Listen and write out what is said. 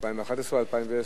2011 או 2010?